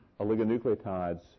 oligonucleotides